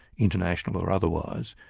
international or otherwise,